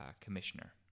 commissioner